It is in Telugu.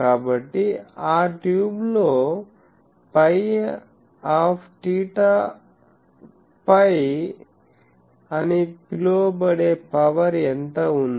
కాబట్టి ఆ ట్యూబ్ లో Piθ φ అని పిలువబడే పవర్ ఎంత ఉంది